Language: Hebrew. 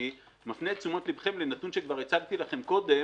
אני מפנה את תשומת לבכם לנתון שכבר הצגתי לכם קודם,